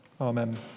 Amen